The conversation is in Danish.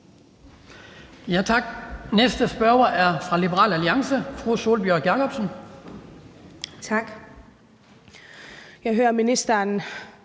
Tak. Den næste spørger er fra Liberal Alliance. Fru Sólbjørg Jakobsen. Kl.